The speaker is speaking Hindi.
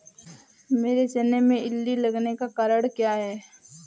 मेरे चने में इल्ली लगने का कारण क्या है?